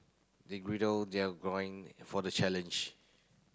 they their for the challenge